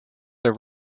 the